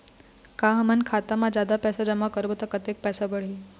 का हमन खाता मा जादा पैसा जमा करबो ता कतेक पैसा बढ़ही?